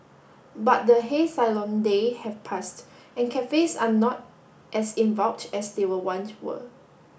but the day have passed and cafes are not as in as they were once were